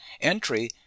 entry